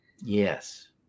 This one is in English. Yes